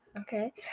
Okay